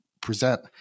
present